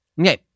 Okay